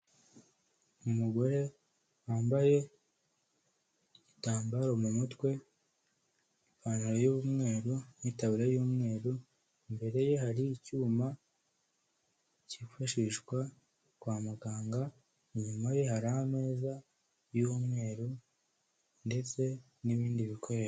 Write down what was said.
Umugore wambaye igitambaro mu mutwe, ipantaro y'umweru n'itaburiya y'umweru, imbere ye hari icyuma cyifashishwa kwa muganga, inyuma ye hari ameza y'umweru ndetse n'ibindi bikoresho.